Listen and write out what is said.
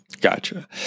Gotcha